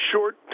short